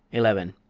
eleven.